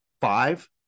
five